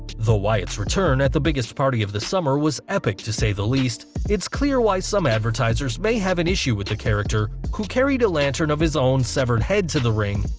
wyatt's return at the biggest party of the summer was epic to say the least, it's clear why some advertisers may have an issue with the character, who carried a lantern of his own severed head to the ring,